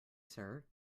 sir